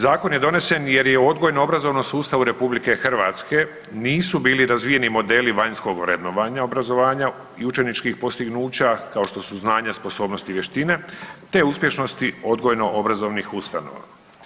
Zakon je donesen jer je u odgojno obrazovnom sustavu RH nisu bili razvijeni modeli vanjskog vrednovanja obrazovanja i učeničkih postignuća kao što su znanje sposobnost i vještine te uspješnosti odgojno obrazovnih ustanova.